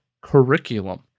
curriculum